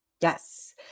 Yes